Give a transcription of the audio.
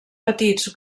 petits